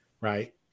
right